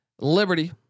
Liberty